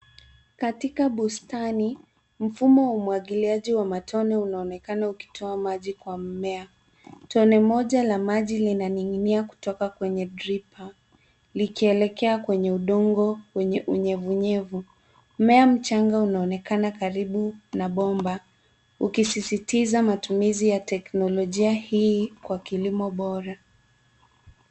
Katika bustani mfumo wa umwagiliaji wa matone unaonekana ukitoa maji kwa mmea. Tone moja la maji linanig'inia kutoka kwenye dripper likielekea kwenye udongo wenye unyevunyevu. Mmea mchanga unaonekana karibu na bomba; ukisisitiza matimizi ya teknolojia hii kwa kilimo bora.